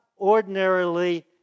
ordinarily